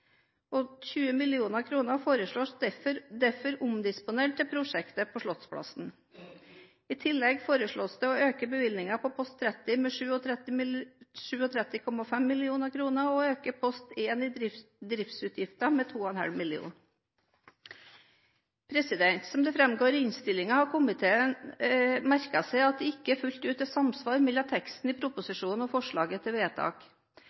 ca. 20 mill. kr under budsjett. 20 mill. kr foreslås derfor omdisponert til prosjektet på Slottsplassen. I tillegg foreslås det å øke bevilgningen på post 30 med 37,5 mill. kr og å øke post 1 Driftsutgifter med 2,5 mill. kr. Som det framgår i innstillingen, har komiteen merket seg at det ikke fullt ut er samsvar mellom teksten i proposisjonen og forslaget til vedtak.